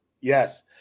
yes